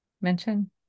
mention